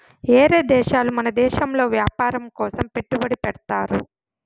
ఏరే దేశాలు మన దేశంలో వ్యాపారం కోసం పెట్టుబడి పెడ్తారు